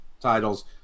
titles